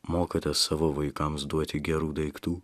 mokate savo vaikams duoti gerų daiktų